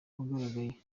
wagaragaye